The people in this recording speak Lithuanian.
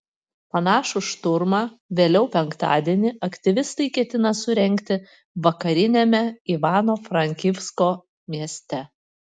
panašų šturmą vėliau penktadienį aktyvistai ketina surengti vakariniame ivano frankivsko mieste